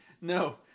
No